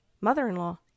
mother-in-law